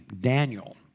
Daniel